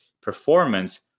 performance